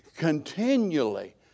continually